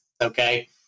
okay